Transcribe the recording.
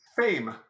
Fame